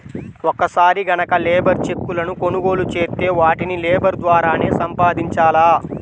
ఒక్కసారి గనక లేబర్ చెక్కులను కొనుగోలు చేత్తే వాటిని లేబర్ ద్వారానే సంపాదించాల